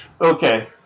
Okay